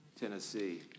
Tennessee